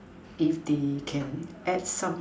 if they can add some